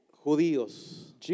Judíos